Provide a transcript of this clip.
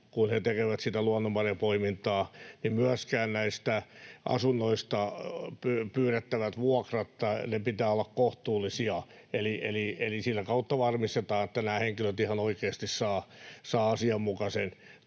kun he tekevät sitä luonnonmarjanpoimintaa, niin myöskin näistä asunnoista pyydettävien vuokrien pitää olla kohtuullisia, eli sitä kautta varmistetaan, että nämä henkilöt ihan oikeasti saavat asianmukaisen